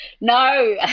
No